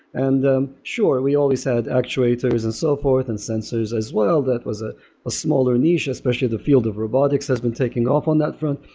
and sure we always had actuators and so forth and sensors as well that was a ah smaller niche, especially the field of robotics has been taking off on that front.